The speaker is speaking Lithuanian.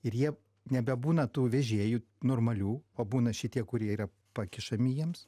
ir jie nebebūna tų vežėjų normalių o būna šitie kurie yra pakišami jiems